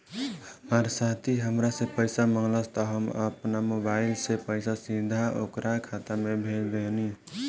हमार साथी हामरा से पइसा मगलस त हम आपना मोबाइल से पइसा सीधा ओकरा खाता में भेज देहनी